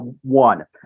one